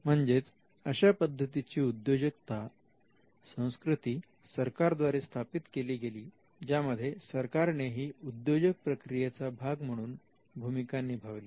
म्हणजेच अशा पद्धतीची उद्योजकता संस्कृती सरकारद्वारे स्थापित केली गेली ज्यामध्ये सरकारनेही उद्योजक प्रक्रियेचा भाग म्हणून भूमिका निभावली